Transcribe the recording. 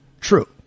True